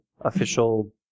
official